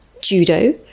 judo